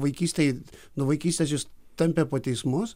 vaikystėj nuo vaikystės jus tampė po teismus